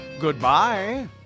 Goodbye